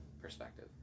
perspective